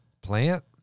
plant